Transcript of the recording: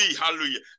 Hallelujah